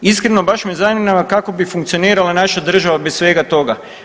Iskreno, baš me zanima kako bi funkcionirala naša država bez svega toga.